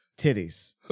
titties